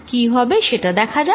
কি হবে সেটা দেখা যাক